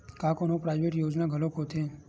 का कोनो प्राइवेट योजना घलोक होथे?